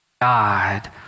God